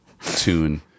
tune